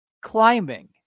climbing